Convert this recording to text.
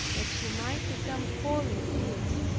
that she might become wholly his,